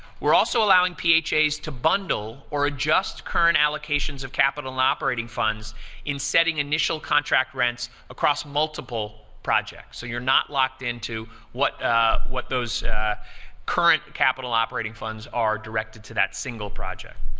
we're also allowing phas to bundle or adjust current allocations of capital operating funds in setting initial contract rents across multiple projects, so you're not locked into what what those current capital operating funds are direct to that single project.